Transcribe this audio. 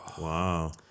Wow